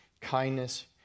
kindness